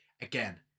again